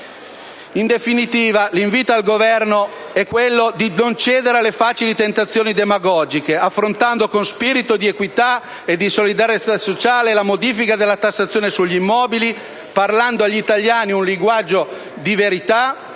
In definitiva, l'invito al Governo è quello di non cedere alle facili tentazioni demagogiche, affrontando con spirito di equità e di solidarietà sociale la modifica della tassazione sugli immobili, e parlando agli italiani un linguaggio di verità